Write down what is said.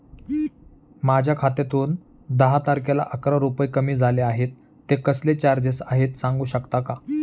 माझ्या खात्यातून दहा तारखेला अकरा रुपये कमी झाले आहेत ते कसले चार्जेस आहेत सांगू शकता का?